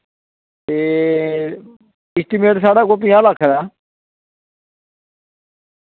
ते इस्टीमेट साढ़ा कोई पञां लक्ख दा